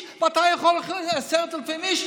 ואתה יכול 10,000 איש,